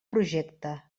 projecte